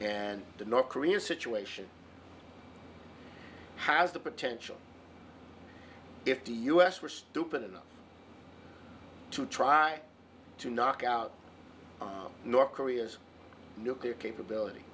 and the north korean situation has the potential if the us were stupid enough to try to knock out north korea's nuclear capability